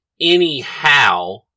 Anyhow